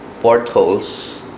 portholes